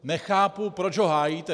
Nechápu, proč ho hájíte.